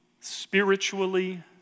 spiritually